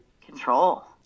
Control